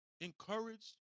encouraged